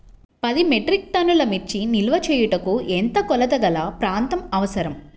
పది మెట్రిక్ టన్నుల మిర్చి నిల్వ చేయుటకు ఎంత కోలతగల ప్రాంతం అవసరం?